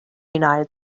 united